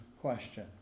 question